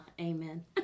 amen